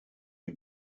die